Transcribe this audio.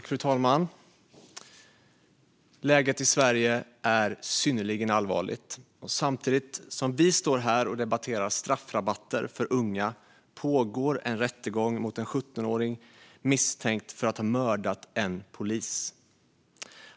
Fru talman! Läget i Sverige är synnerligen allvarligt. Samtidigt som vi står här och debatterar straffrabatter för unga pågår en rättegång mot en 17-åring som är misstänkt för att ha mördat en polis.